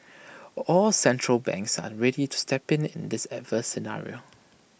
all central banks are ready to step in in this adverse scenario